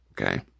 okay